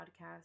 podcast